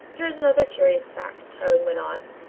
here is another curious fact, tarling went on.